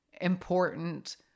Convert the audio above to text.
important